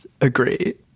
Agree